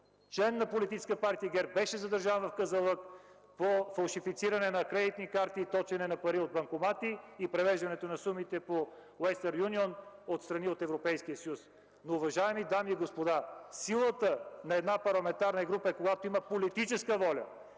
член на Политическа партия ГЕРБ беше задържан в Казанлък по фалшифициране на кредитни карти и източване на пари от банкомати и превеждане на сумите по “Уестърн юнион” в страни от Европейския съюз. Уважаеми дами и господа, силата на една парламентарна група е да има политическа воля